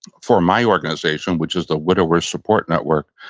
for my organization, which is the widowers support network.